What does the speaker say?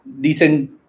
decent